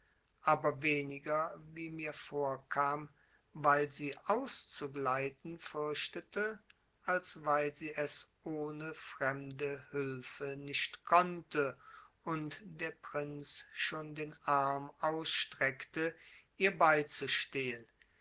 aber weniger wie mir vorkam weil sie auszugleiten fürchtete als weil sie es ohne fremde hülfe nicht konnte und der prinz schon den arm ausstreckte ihr beizustehen